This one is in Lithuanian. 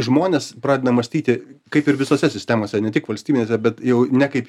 žmonės pradeda mąstyti kaip ir visose sistemose ne tik valstybinėse bet jau ne kaip